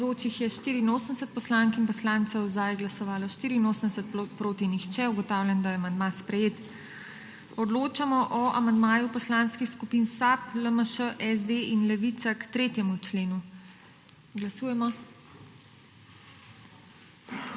(Za je glasovalo 84.)(Proti nihče.) Ugotavljam, da je amandma sprejet. Odločamo o amandmaju poslanskih skupin SAB, LMŠ, SD in Levica k 3. členu. Glasujemo.